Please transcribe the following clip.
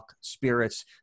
spirits